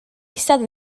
eistedd